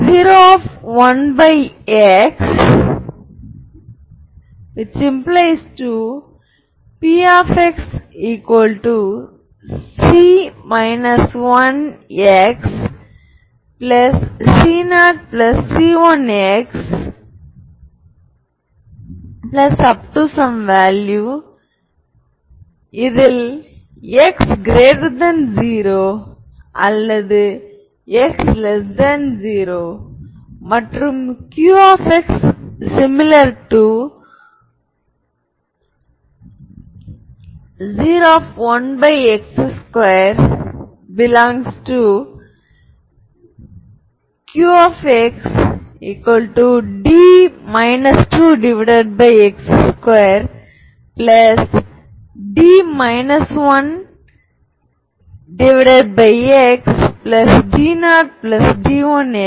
λ ஒரு ஐகென் மதிப்பாக இருக்கட்டும் ஐகென் மதிப்பின் வரையறை என்னவென்றால் பூஜ்ஜியமில்லாத சில தீர்வு v உள்ளது அதாவது Av λv பூஜ்ஜியம் அல்லாத V∈ Rn